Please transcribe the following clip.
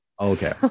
Okay